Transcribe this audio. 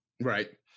right